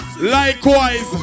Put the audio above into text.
Likewise